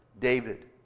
David